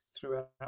throughout